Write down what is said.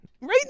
Right